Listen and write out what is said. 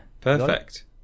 Perfect